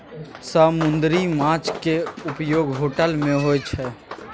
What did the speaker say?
समुन्दरी माछ केँ उपयोग होटल मे होइ छै